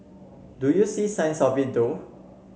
do you see signs of it though